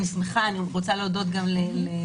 אני גם רוצה להודות לך,